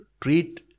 treat